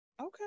Okay